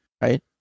Right